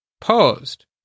paused